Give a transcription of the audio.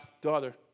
daughter